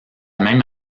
même